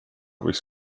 võiks